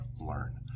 learn